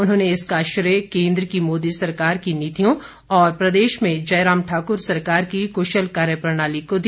उन्होंने इसका श्रेय केंद्र की मोदी सरकार की नीतियों और प्रदेश में जयराम ठाकुर सरकार की कुशल कार्यप्रणाली को दिया